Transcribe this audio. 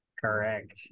Correct